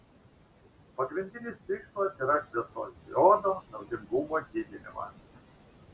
pagrindinis tikslas yra šviesos diodo naudingumo didinimas